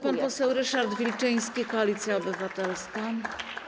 Pan poseł Ryszard Wilczyński, Koalicja Obywatelska.